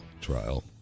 trial